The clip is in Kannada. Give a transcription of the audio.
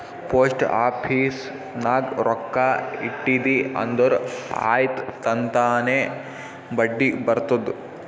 ಪೋಸ್ಟ್ ಆಫೀಸ್ ನಾಗ್ ರೊಕ್ಕಾ ಇಟ್ಟಿದಿ ಅಂದುರ್ ಆಯ್ತ್ ತನ್ತಾನೇ ಬಡ್ಡಿ ಬರ್ತುದ್